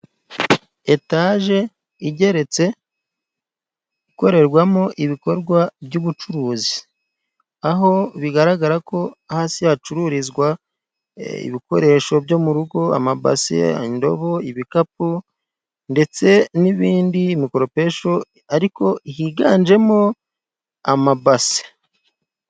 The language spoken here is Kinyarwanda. Etaje igeretse ikorerwamo ibikorwa by'ubucuruzi, aho bigaragara ko hasi hacururizwa ibikoresho byo murugo, ama base, indobo, ibikapu ndetse n'ibindi ibikoresho ariko higanjemo amabase.